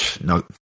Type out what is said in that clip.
no